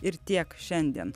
ir tiek šiandien